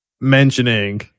mentioning